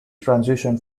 transition